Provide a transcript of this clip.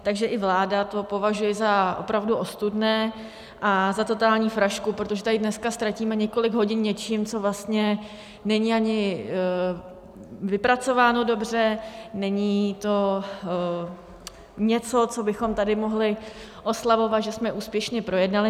Takže i vláda to považuje za opravdu ostudné a za totální frašku, protože tady dneska ztratíme několik hodin něčím, co vlastně není ani vypracováno dobře, není to něco, co bychom tady mohli oslavovat, že jsme úspěšně projednali.